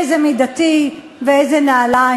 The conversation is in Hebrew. איזה מידתי ואיזה נעליים.